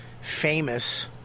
famous